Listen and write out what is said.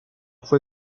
fue